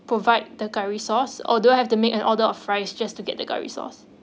provide the curry sauce or do I have to make an order of fries just to get the curry sauce